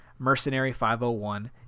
Mercenary501